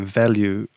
value